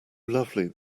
lovely